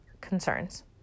concerns